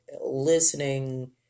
listening